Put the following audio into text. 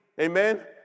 Amen